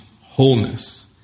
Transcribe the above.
wholeness